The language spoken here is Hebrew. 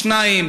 השני,